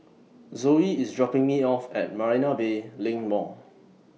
Zoey IS dropping Me off At Marina Bay LINK Mall